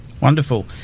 wonderful